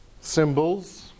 symbols